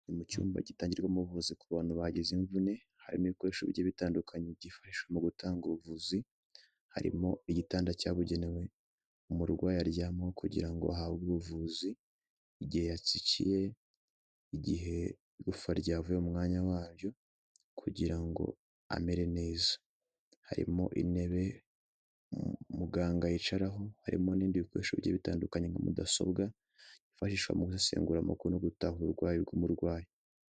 Mu cyumba gitangirwa ubuvuzi ku bantu bagize imvune harimo ibikoresho bigiye bitandukanye byifashishwa mu gutanga ubuvuzi harimo igitanda cyabugenewe umurwayi aryamaho kugira ngo ahabwe ubuvuzi, igihe yatsikiye, igihe igufawa ryavuye mu mwanya wayo kugira ngo amere neza. Harimo intebe muganga yicaraho harimo n'ibindi bikoresho bye bitandukanye nka mudasobwa yifashishwa mugusesengura amakuru no gutahura uburwayi bw'umurwayi.